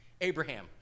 Abraham